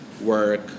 work